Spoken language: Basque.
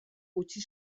utzi